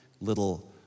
little